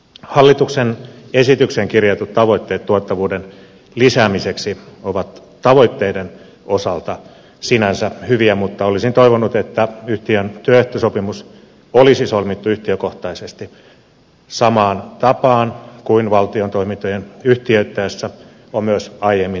hallituksen esitykseen kirjatut tavoitteet tuottavuuden lisäämiseksi ovat tavoitteiden osalta sinänsä hyviä mutta olisin toivonut että yhtiön työehtosopimus olisi solmittu yhtiökohtaisesti samaan tapaan kuin valtion toimintoja yhtiöitettäessä on myös aiemmin toimittu